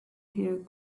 hair